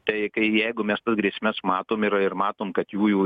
tai kai jeigu mes tas grėsmes matom ir ir matom kad jų jų